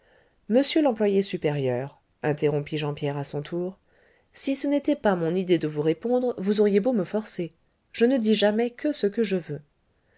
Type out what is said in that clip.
monsieur l'employé supérieur interrompit jean pierre à son tour si ce n'était pas mon idée de vous répondre vous auriez beau me forcer je ne dis jamais que ce que je veux